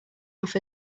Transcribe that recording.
off